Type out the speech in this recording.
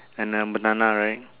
and a banana right